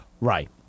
Right